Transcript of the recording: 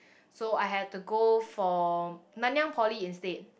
so I have to go for Nanyang Poly instead